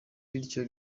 bityo